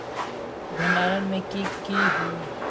भण्डारण में की की होला?